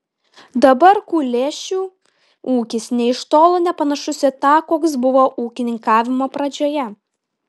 dabar kulėšių ūkis nė iš tolo nepanašus į tą koks buvo ūkininkavimo pradžioje